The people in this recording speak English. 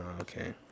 Okay